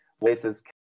places